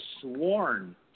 sworn